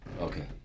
Okay